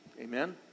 Amen